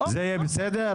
להצביע, זה יהיה בסדר?